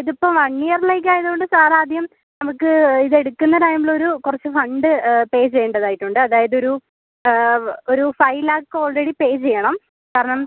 ഇത് ഇപ്പോൾ വൺ ഇയറിലേക്ക് ആയത് കൊണ്ട് സാർ ആദ്യം നമുക്ക് ഇത് എടുക്കുന്ന ടൈമിൽ ഒരു കുറച്ച് ഫണ്ട് പേ ചെയ്യണ്ടതായിട്ട് ഉണ്ട് അതായത് ഒരു ഒരു ഫൈവ് ലാക്ക് ഓൾറെഡി പേ ചെയ്യണം കാരണം